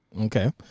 Okay